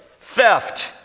theft